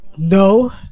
No